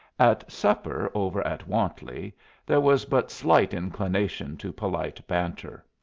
at supper over at wantley there was but slight inclination to polite banter.